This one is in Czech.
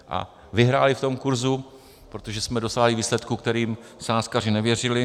A vyhráli v tom kurzu, protože jsme dosáhli výsledku, kterým sázkaři nevěřili.